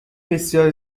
بسیار